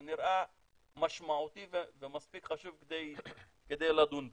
זה נראה משמעותי ומספיק חשוב כדי לדון בזה.